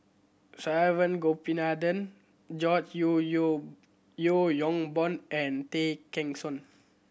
Saravanan Gopinathan George Yeo Yeo Yeo Yong Boon and Tay Kheng Soon